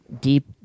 deep